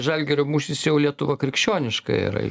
žalgirio mūšis jau lietuva krikščioniška yra